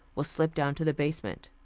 we'll slip down to the basement.